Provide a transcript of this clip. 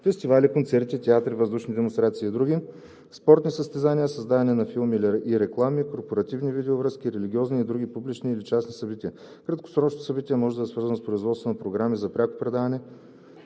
(фестивали, концерти, театри, въздушни демонстрации и др.), спортни състезания, създаване на филми и реклами, корпоративни видеовръзки, религиозни и други публични или частни събития. Краткосрочното събитие може да е свързано с производство на програми за пряко предаване